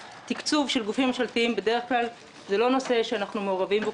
תקצוב של גופים ממשלתיים זה נושא שאנחנו בדרך כלל לא מעורבים בו.